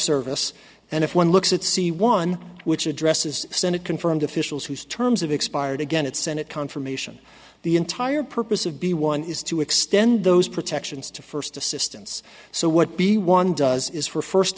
service and if one looks at c one which addresses senate confirmed officials whose terms of expired again its senate confirmation the entire purpose of b one is to extend those protections to first assistance so what b one does is for first